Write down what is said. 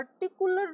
particular